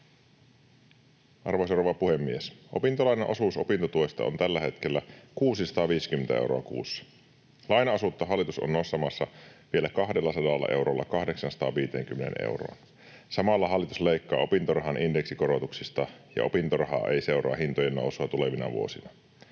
Arvoisa rouva puhemies! Opintolainan osuus opintotuesta on tällä hetkellä 650 euroa kuussa. Lainaosuutta hallitus on nostamassa vielä 200 eurolla 850 euroon. Samalla hallitus leikkaa opintorahan indeksikorotuksista, ja opintoraha ei seuraa hintojen nousua tulevina vuosina.